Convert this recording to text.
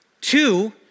Two